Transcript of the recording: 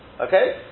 Okay